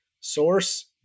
Source